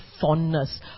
fondness